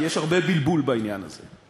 כי יש הרבה בלבול בעניין הזה.